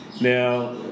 Now